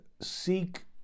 seek